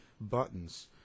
buttons